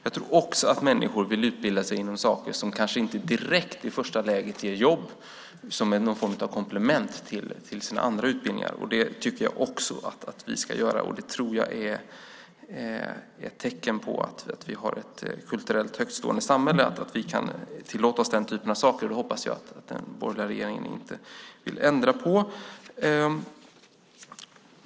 Jag tror också att människor vill utbilda sig inom saker som kanske inte direkt i första läget ger jobb men som är någon form av komplement till deras andra utbildningar. Det tycker jag också att de ska få, och det är ett tecken på att vi har ett kulturellt högtstående samhälle att vi kan tillåta oss den typen av saker. Det hoppas jag att den borgerliga regeringen inte vill ändra på.